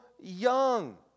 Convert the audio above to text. young